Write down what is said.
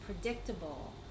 predictable